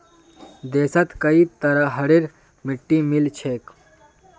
देशत कई तरहरेर मिट्टी मिल छेक